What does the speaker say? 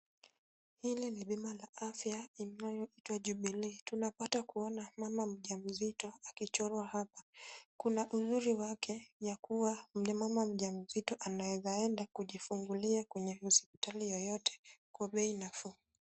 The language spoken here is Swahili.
Hili ni bima la afya inayoitwa Jubilee. Tunapata kuona mama mjamzito akichorwa hapa. Kuna uzuri wake ya kuwa mama mjamzito anaweza enda kujifungulia kwenye hospitali yoyote kwa bei nafuu.